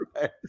Right